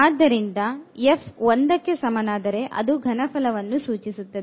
ಆದ್ದರಿಂದ f ಒಂದಕ್ಕೆ ಸಮನಾದರೆ ಅದು ಘನಫಲವನ್ನು ಸೂಚಿಸುತ್ತದೆ